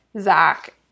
Zach